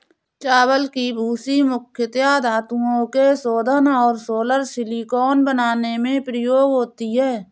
चावल की भूसी मुख्यता धातुओं के शोधन और सोलर सिलिकॉन बनाने में प्रयोग होती है